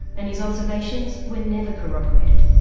and his observations were never corroborated.